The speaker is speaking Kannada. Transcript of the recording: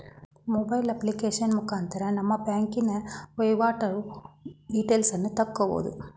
ಮೊಬೈಲ್ ಅಪ್ಲಿಕೇಶನ್ ಮುಖಾಂತರ ನಮ್ಮ ಬ್ಯಾಂಕಿನ ವೈವಾಟು ಡೀಟೇಲ್ಸನ್ನು ತಕ್ಕಬೋದು